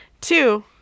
Two